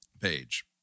page